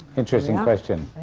interesting question.